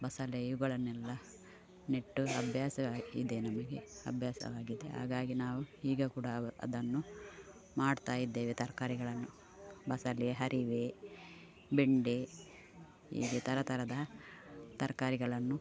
ಬಸಲೆ ಇವುಗಳನ್ನೆಲ್ಲ ನೆಟ್ಟು ಅಬ್ಯಾಸ ಇದೆ ನಮ್ಗೆ ಅಬ್ಯಾಸವಾಗಿದೆ ಆಗಾಗಿ ನಾವು ಈಗ ಕೂಡ ಅವು ಅದನ್ನು ಮಾಡ್ತಾ ಇದ್ದೇವೆ ತರ್ಕಾರಿಗಳನ್ನು ಬಸಲೆ ಹರಿವೆ ಬೆಂಡೆ ಹೀಗೆ ಥರ ಥರದ ತರಕಾರಿಗಳನ್ನು